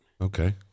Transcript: Okay